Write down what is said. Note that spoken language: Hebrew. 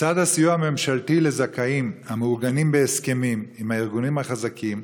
לצד הסיוע הממשלתי לזכאים המעוגן בהסכמים עם הארגונים החזקים,